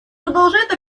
продолжает